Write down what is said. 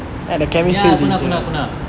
ya guna guna guna